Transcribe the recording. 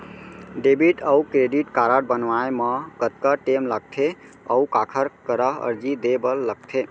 Debit अऊ credit card बनवाए मा कतका टेम लगथे, अऊ काखर करा अर्जी दे बर लगथे?